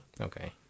Okay